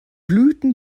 blüten